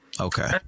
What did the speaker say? Okay